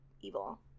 evil